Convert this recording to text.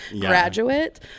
graduate